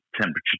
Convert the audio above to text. temperature